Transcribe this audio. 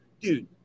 dude